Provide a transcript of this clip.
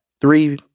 three